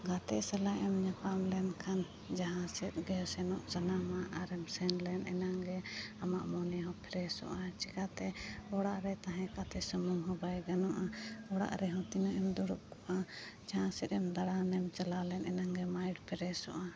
ᱜᱟᱛᱮ ᱥᱟᱞᱟᱜ ᱮᱢ ᱧᱟᱯᱟᱢ ᱞᱮᱱᱠᱷᱟᱱ ᱡᱟᱦᱟᱸ ᱥᱮᱫ ᱜᱮ ᱥᱮᱱᱚᱜ ᱥᱟᱱᱟᱢᱟ ᱟᱨᱮᱢ ᱥᱮᱱ ᱞᱮᱱ ᱮᱱᱟᱝ ᱜᱮ ᱟᱢᱟᱜ ᱢᱚᱱᱮ ᱦᱚᱸ ᱯᱷᱨᱮᱥᱚᱜᱼᱟ ᱪᱤᱠᱟᱹᱛᱮ ᱚᱲᱟᱜ ᱨᱮ ᱛᱟᱦᱮᱸ ᱠᱟᱛᱮ ᱥᱩᱢᱩᱝ ᱦᱚᱸ ᱵᱟᱭ ᱜᱟᱱᱚᱜᱼᱟ ᱚᱲᱟᱜ ᱨᱮᱦᱚᱸ ᱛᱤᱱᱟᱹᱜ ᱮᱢ ᱫᱩᱲᱩᱵ ᱠᱚᱜᱼᱟ ᱡᱟᱦᱟᱸ ᱥᱮᱫ ᱮᱢ ᱫᱟᱬᱟᱱᱮᱢ ᱪᱟᱞᱟᱣ ᱞᱮᱱ ᱮᱱᱟᱝ ᱜᱮ ᱢᱟᱭᱤᱴ ᱯᱷᱮᱨᱥᱚᱜᱼᱟ